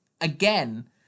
again